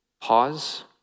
pause